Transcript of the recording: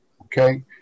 okay